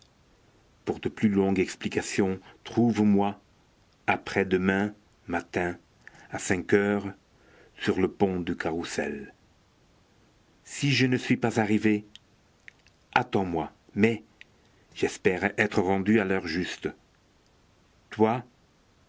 de plus longues explications trouve toi après-demain matin à cinq heures sur le pont du carrousel si je ne suis pas arrivé attends-moi mais j'espère être rendu à l'heure juste toi